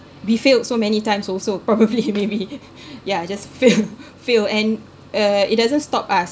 we failed so many times also probably maybe yeah just failed failed and uh it doesn't stop us